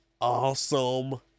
awesome